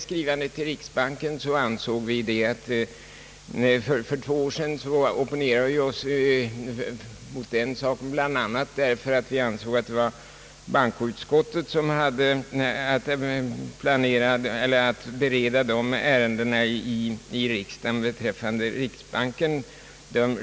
För två år sedan opponerade vi oss mot förslaget att skriva till riksbanken bl.a. därför att vi ansåg, att det var bankoutskottet som hade att bereda ärenden i riksdagen som rör riksbanken.